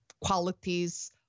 qualities